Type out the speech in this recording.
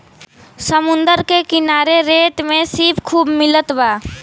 समुंदर के किनारे रेत में सीप खूब मिलत बा